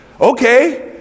okay